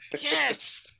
Yes